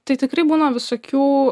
tai tikrai būna visokių